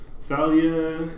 Thalia